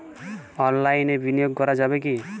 অনলাইনে বিনিয়োগ করা যাবে কি?